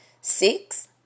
six